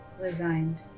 resigned